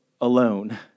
alone